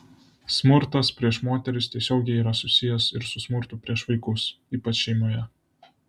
smurtas prieš moteris tiesiogiai yra susijęs ir su smurtu prieš vaikus ypač šeimoje